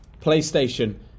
PlayStation